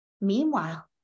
Meanwhile